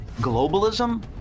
Globalism